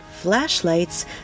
flashlights